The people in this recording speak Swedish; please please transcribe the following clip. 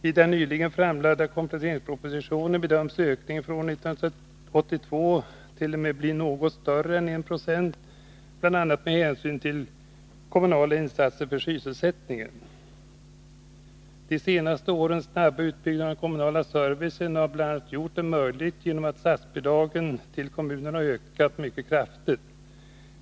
I den nyligen framlagda kompletteringspropositionen bedöms ökningen för år 1982 t.o.m. bli något större än 1 96, bl.a. med hänsyn till kommunala insatser för sysselsättningen. De senaste årens snabba utbyggnad av den kommunala servicen har bl.a. gjorts möjlig genom att statsbidragen till kommunerna ökat kraftigt.